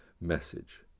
message